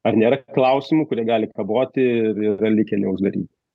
ar nėra klausimų kurie gali kaboti ir yra likę neuždaryti